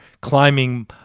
climbing